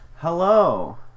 Hello